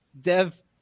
Dev